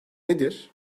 nedir